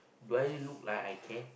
do I look like I care